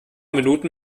minuten